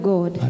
God